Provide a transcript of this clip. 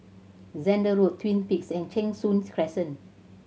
Zehnder Road Twin Peaks and Cheng Soon's Crescent